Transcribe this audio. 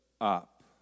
up